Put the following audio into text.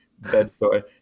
Bedford